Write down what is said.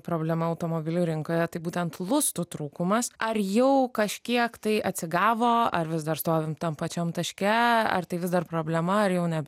problema automobilių rinkoje tai būtent lustų trūkumas ar jau kažkiek tai atsigavo ar vis dar stovim tam pačiam taške ar tai vis dar problema ar jau ne